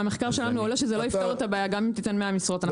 מהמחקר שלנו עולה שזה לא יפתור את הבעיה גם אם תיתן 100 משרות.